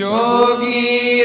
Jogi